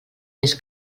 més